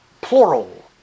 Plural